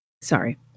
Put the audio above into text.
Sorry